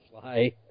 fly